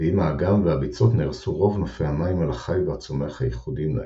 ועם האגם והביצות נהרסו רוב נופי המים על החי והצומח הייחודיים להם,